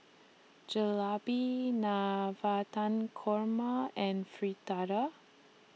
Jalebi Navratan Korma and Fritada